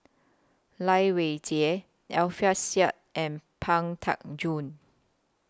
Lai Weijie Alfian Sa'at and Pang Teck Joon